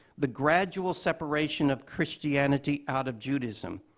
the gradual separation of christianity out of judaism.